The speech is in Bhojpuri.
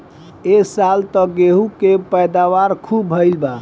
ए साल त गेंहू के पैदावार खूब भइल बा